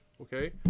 Okay